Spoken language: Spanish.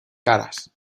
caras